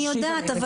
אני יודעת,